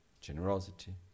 generosity